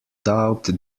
doubt